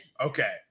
Okay